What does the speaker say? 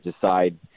decide